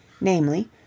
namely